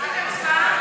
רק הצבעה?